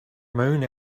moon